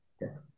Yes